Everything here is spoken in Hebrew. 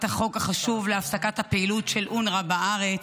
החוק החשוב להפסקת הפעילות של אונר"א בארץ.